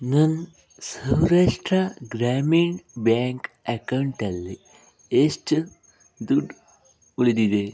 ನನ್ನ ಸೌರಾಷ್ಟ್ರ ಗ್ರಾಮೀಣ್ ಬ್ಯಾಂಕ್ ಅಕೌಂಟಲ್ಲಿ ಎಷ್ಟು ದುಡ್ಡು ಉಳಿದಿದೆ